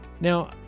Now